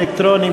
אלקטרוני,